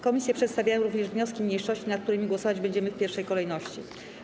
Komisje przedstawiają również wnioski mniejszości, nad którymi głosować będziemy w pierwszej kolejności.